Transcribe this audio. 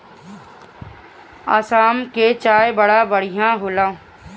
आसाम के चाय बड़ा बढ़िया होला